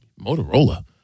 Motorola